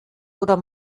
oder